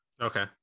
Okay